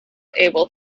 able